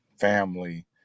family